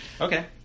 Okay